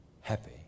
happy